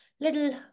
little